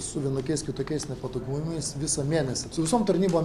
su vienokiais kitokiais nepatogumais visą mėnesį su visom tarnybom